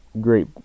great